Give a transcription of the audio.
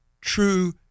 true